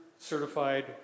certified